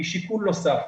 היא שיקול נוסף.